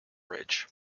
ridge